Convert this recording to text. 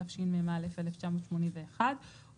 התשמ"א 1981‏,